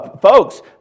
folks